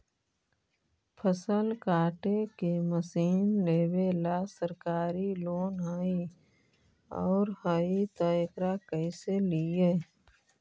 फसल काटे के मशीन लेबेला सरकारी लोन हई और हई त एकरा कैसे लियै?